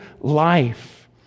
life